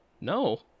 No